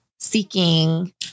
seeking